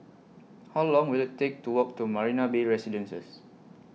How Long Will IT Take to Walk to Marina Bay Residences